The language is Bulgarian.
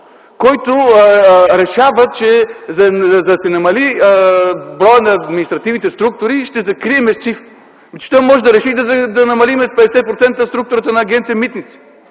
който решава, че за да се намали броят на административните структури, ще закрием СИФ. Ами че той може да реши да намалим с 50% структурата на агенция „Митници”.